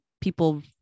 people